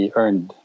earned